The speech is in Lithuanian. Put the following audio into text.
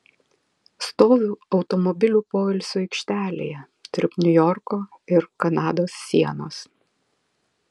stoviu automobilių poilsio aikštelėje tarp niujorko ir kanados sienos